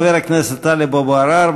חבר הכנסת טלב אבו עראר,